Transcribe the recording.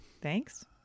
thanks